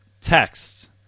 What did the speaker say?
texts